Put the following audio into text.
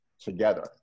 together